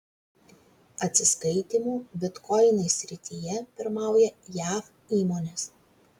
atsiskaitymų bitkoinais srityje pirmauja jav įmonės